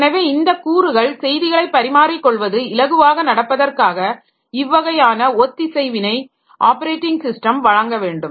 எனவே இந்தக் கூறுகள் செய்திகளை பரிமாறிக் கொள்வது இலகுவாக நடப்பதற்காக இவ்வகையான ஒத்திசைவினை ஆப்பரேட்டிங் ஸிஸ்டம் வழங்க வேண்டும்